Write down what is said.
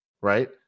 right